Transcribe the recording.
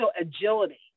agility